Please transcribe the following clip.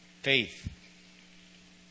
faith